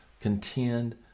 contend